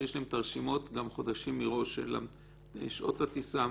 שיש להן את הרשימות גם חודשים מראש של שעות הטיסה,